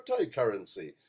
cryptocurrency